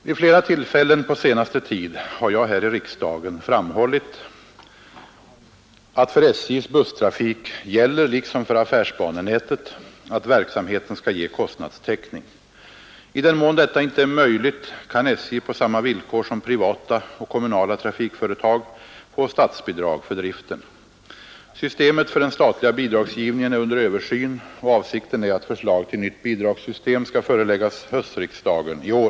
Vid flera tillfällen på senaste tid har jag här i riksdagen framhållit att för SJ:s busstrafik gäller, liksom för affärsbanenätet, att verksamheten skall ge kostnadstäckning. I den mån detta inte är möjligt kan SJ på samma villkor som privata och kommunala trafikföretag få statsbidrag för driften. Systemet för den statliga bidragsgivningen är under översyn, och avsikten är att förslag till nytt bidragssystem skall föreläggas höstriksdagen i år.